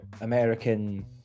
American